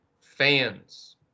fans